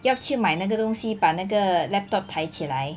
要去买那个东西把那个 laptop 抬起来